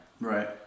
Right